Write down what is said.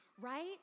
right